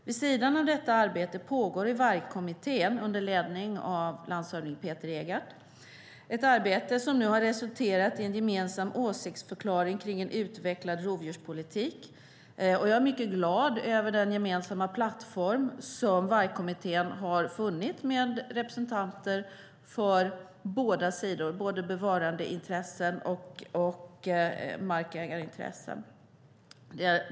Vid sidan av detta pågår arbetet i Vargkommittén under ledning av landshövding Peter Egardt. Detta arbete har resulterat i en gemensam åsiktsförklaring om en utvecklad rovdjurspolitik. Jag är mycket glad åt den gemensamma plattform som Vargkommittén har skapat med representanter för både bevarandeintressen och markägarintressen.